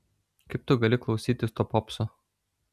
kaip tu gali klausytis to popso